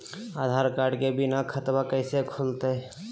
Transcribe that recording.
आधार card के बिना खाताबा कैसे खुल तय?